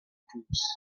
groups